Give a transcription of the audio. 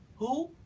who,